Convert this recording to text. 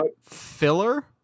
filler